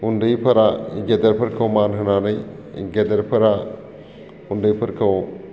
उन्दैफोरा गेदेरफोरखौ मान होनानै गेदेरफोरा उन्दैफोरखौ